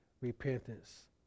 repentance